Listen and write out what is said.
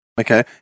Okay